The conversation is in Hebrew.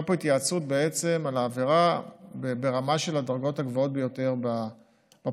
הייתה פה התייעצות על העבירה ברמה של הדרגות הגבוהות ביותר בפרקליטות,